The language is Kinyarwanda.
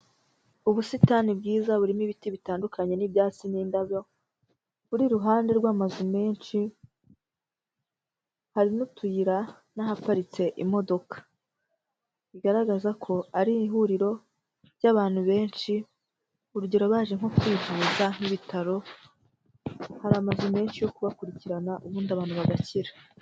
Ubusitani bwiza burimo ibiti bitandukanye n'ibyatsi n'indabyo, buri iruhande rw'amazu menshi, hari n'utuyira n'ahaparitse imodoka, bigaragaza ko ari ihuriro ry'abantu benshi, urugero baje nko kwivuza nk'ibitaro, hari amazu menshi yo kubakurikirana ubundi abantu bagakira.